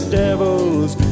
devil's